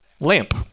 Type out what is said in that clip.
lamp